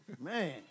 Man